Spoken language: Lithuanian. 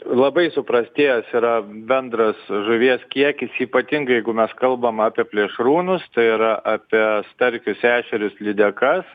labai suprastėjęs yra bendras žuvies kiekis ypatingai jeigu mes kalbam apie plėšrūnus tai yra apie starkius ešerius lydekas